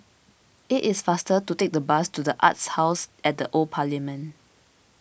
it is faster to take the bus to the Arts House at the Old Parliament